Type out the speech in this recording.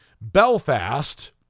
Belfast